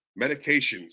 medications